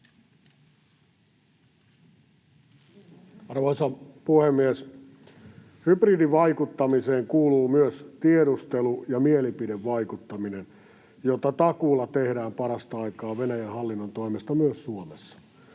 Arvoisa puhemies! Hybridivaikuttamiseen kuuluvat myös tiedustelu ja mielipidevaikuttaminen, joita takuulla tehdään parasta aikaa Venäjän hallinnon toimesta myös Suomessa.